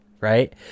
Right